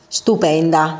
stupenda